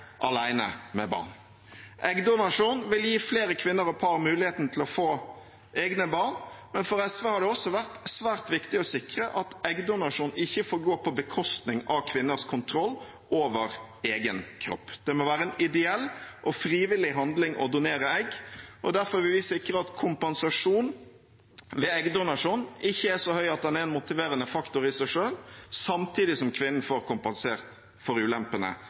med barn. Eggdonasjon vil gi flere kvinner og par muligheten til å få egne barn, men for SV har det også vært svært viktig å sikre at eggdonasjon ikke får gå på bekostning av kvinners kontroll over egen kropp. Det må være en ideell og frivillig handling å donere egg, og derfor vil vi sikre at kompensasjonen ved eggdonasjon ikke er så høy at den er en motiverende faktor i seg selv, samtidig som kvinnen får kompensert for ulempene